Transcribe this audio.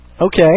Okay